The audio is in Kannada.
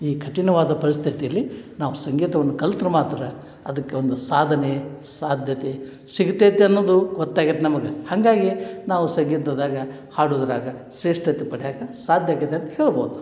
ಈ ಕಠಿಣವಾದ ಪರಿಸ್ಥಿತಿಯಲ್ಲಿ ನಾವು ಸಂಗೀತವನ್ನು ಕಲ್ತ್ರೆ ಮಾತ್ರ ಅದಕ್ಕೆ ಒಂದು ಸಾಧನೆ ಸಾಧ್ಯತೆ ಸಿಗತೈತಿ ಅನ್ನೋದು ಗೊತ್ತಾಗ್ಯತೆ ನಮಗೆ ಹಾಗಾಗಿ ನಾವು ಸಂಗೀತದಾಗ ಹಾಡುದ್ರಾಗ ಶ್ರೇಷ್ಠತೆ ಪಡ್ಯಾಕ ಸಾಧ್ಯ ಆಗೈತೆ ಅಂತ ಹೇಳ್ಬೋದು